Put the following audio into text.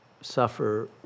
suffer